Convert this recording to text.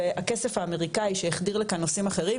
והכסף האמריקאי שהחדיר לכאן נושאים אחרים,